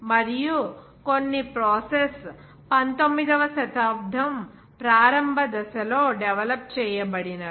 మరియు కొన్ని ప్రాసెస్ 19 వ శతాబ్దం ప్రారంభ దశలో డెవలప్ చేయబడినవి